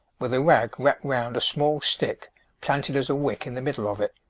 with a rag wrapped round a small stick planted as a wick in the middle of it.